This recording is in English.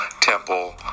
temple